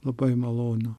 labai malonu